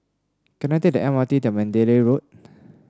can I take the M R T to Mandalay Road